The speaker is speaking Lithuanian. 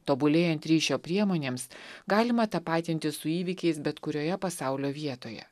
tobulėjant ryšio priemonėms galima tapatinti su įvykiais bet kurioje pasaulio vietoje